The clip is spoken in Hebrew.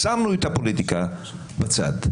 שמנו את הפוליטיקה בצד.